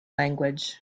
language